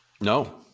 No